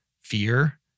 fear